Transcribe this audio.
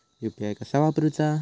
UPI कसा वापरूचा?